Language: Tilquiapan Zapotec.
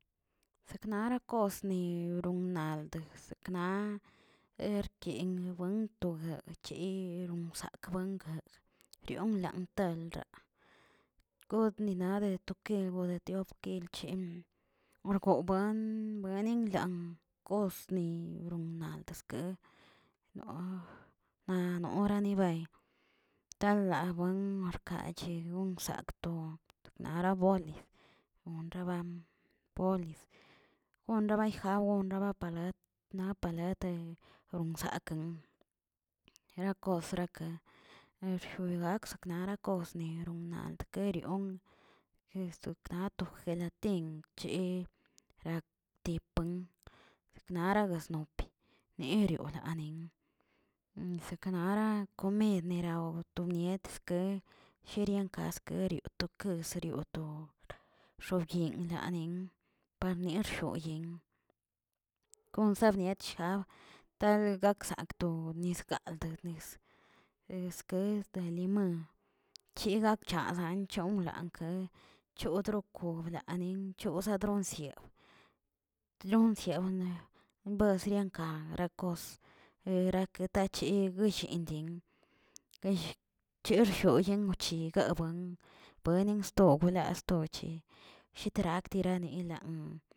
Seknara kosni donra seknar erki to buen togueꞌ yiron nsakbəka rionlan ter godninade keb kodiotiop chil, orgobuen buenin lan kos ni non land skee noꞌ nanora nibey tala buen ka chego gsakꞌ to naraboli wonraban polif gonrabayjabon palat naꞌ palat ronsakeꞌn nirakos sakren erjiogakz narakoznieron nalt kerion ketsunak to gelatin che ratip buin knara gasnopi, neriolanin nsekenara komed neraw to mnietske jeriankas kerioꞌ tokes yo to ̱xobyin lanen parnier jobyien, kon sabniet shjab tal kaksak to yiskald nis eskes de limon chigak chazaꞌ chomlanke chodokobrdaa nchozadomsioꞌ lonsione' mbez yerenka kos eraketachid chindin cherjioguin ochi gawban bolin sto guila sto jitrat tirani lan.